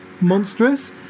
monstrous